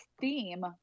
theme